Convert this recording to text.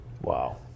Wow